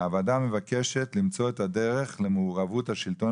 הוועדה מבקשת למצוא את הדרך למעורבות השלטון